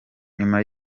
nyuma